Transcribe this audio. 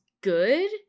good